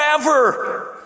forever